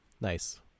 nice